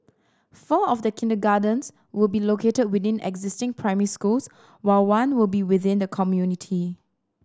four of the kindergartens will be located within existing primary schools while one will be within the community